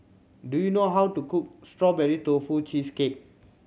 do you know how to cook Strawberry Tofu Cheesecake